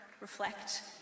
reflect